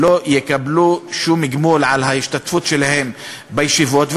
לא יקבלו שום גמול על ההשתתפות שלהם בישיבות.